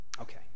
Okay